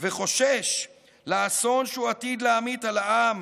וחושש לאסון שהוא עתיד להמיט על העם